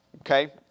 okay